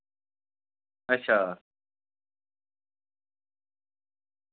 अच्छा